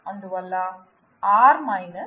అందువల్ల R -